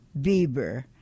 Bieber